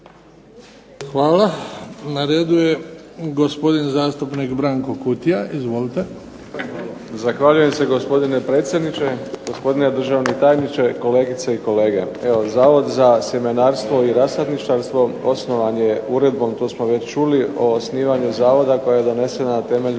Hvala. Na redu je gospodin zastupnik Branko Kutija. Izvolite. **Kutija, Branko (HDZ)** Zahvaljujem se gospodine predsjedniče, gospodine državni tajniče, kolegice i kolege. Evo Zavod za sjemenarstvo i rasadničarstvo osnovan je uredbom to smo već čuli o osnivanju Zavoda koja je donesena na temelju